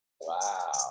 Wow